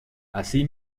así